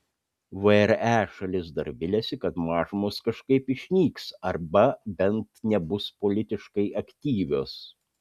vre šalis dar viliasi kad mažumos kažkaip išnyks arba bent nebus politiškai aktyvios